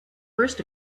first